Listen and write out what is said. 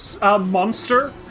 monster